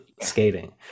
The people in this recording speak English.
skating